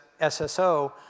SSO